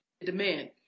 demand